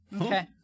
Okay